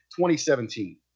2017